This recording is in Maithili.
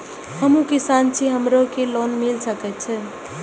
हमू किसान छी हमरो के लोन मिल सके छे?